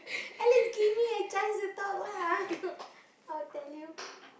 at least give me a chance to talk lah ah I will tell you